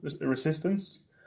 resistance